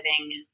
living